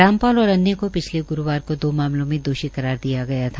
रामपाल और अन्य को पिछले गुरूवार को दो मामलों में दोषी करार दिया गया था